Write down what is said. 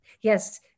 Yes